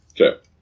Okay